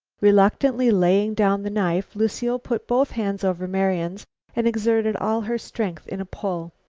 reluctantly laying down the knife, lucile put both hands over marian's and exerted all her strength in a pull.